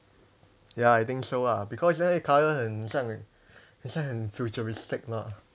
ya I think so lah because 那个 colour 很像很像很 futuristics lah